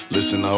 Listen